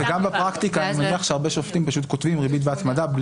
גם בפרקטיקה אני מניח שהרבה שופטים פשוט כותבים ריבית והצמדה.